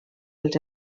els